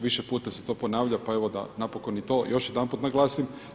Više puta se to ponavlja pa evo da napokon i to još jedanput naglasim.